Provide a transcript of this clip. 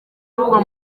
uvugwa